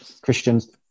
Christians